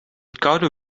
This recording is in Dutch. koude